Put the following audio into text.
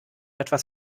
etwas